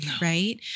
Right